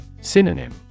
Synonym